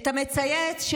את המצייץ,